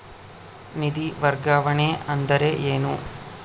ನಿಧಿ ವರ್ಗಾವಣೆ ಅಂದರೆ ಏನು?